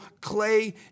clay